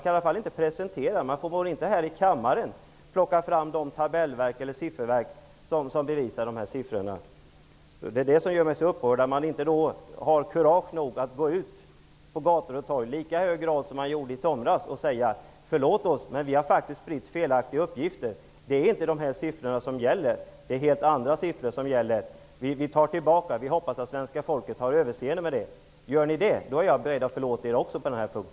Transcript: Man förmår i varje fall inte här i kammaren visa vilka tabellverk som bevisar riktigheten av dessa siffror. Man har inte kurage att gå ut på gator och torg, i lika hög grad som i somras, för att säga: Förlåt oss, men vi har faktiskt spritt felaktiga uppgifter. Det är inte dessa siffror utan helt andra som gäller. Vi tar tillbaka uppgifterna och hoppas att svenska folket har överseende med det här. Gör ni detta, är också jag beredd att förlåta er på denna punkt.